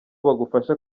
bagufasha